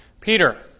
Peter